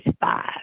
five